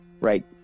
Right